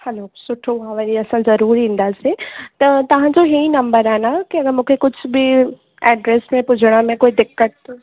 हलो सुठो हा वरी असां ज़रूरु ईंदासीं त तव्हांजो इहे ई नम्बर आहे न अगरि मूंखे कुझु बि एड्रेस में विझण में कोई दिक़त